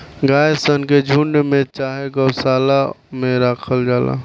गाय सन के झुण्ड में चाहे गौशाला में राखल जाला